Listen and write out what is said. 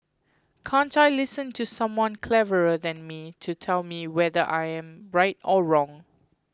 can't I listen to someone cleverer than me to tell me whether I am right or wrong